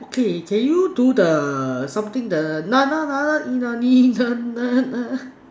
okay can you do the something the